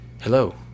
Hello